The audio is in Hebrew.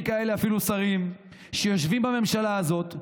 אפילו כאלה שרים שיושבים בממשלה הזאת.